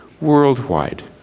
worldwide